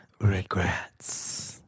regrets